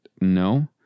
no